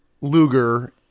Luger